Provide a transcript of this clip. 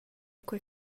quei